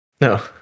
No